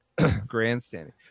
Grandstanding